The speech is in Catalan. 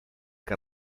que